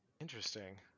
Interesting